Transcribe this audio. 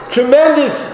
Tremendous